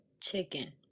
chicken